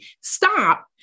Stop